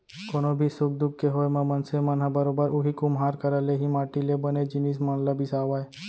कोनो भी सुख दुख के होय म मनसे मन ह बरोबर उही कुम्हार करा ले ही माटी ले बने जिनिस मन ल बिसावय